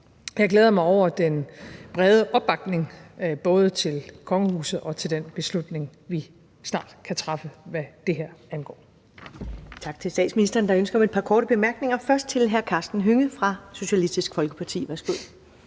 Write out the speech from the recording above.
Jeg glæder mig over den brede opbakning, både til kongehuset og til den beslutning, vi snart kan træffe, hvad det her angår. Kl. 16:19 Første næstformand (Karen Ellemann): Tak til statsministeren. Der er ønske om et par korte bemærkninger – først til hr. Karsten Hønge fra Socialistisk Folkeparti. Værsgo.